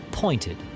...pointed